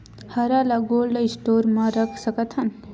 हरा ल cold store म रख सकथन?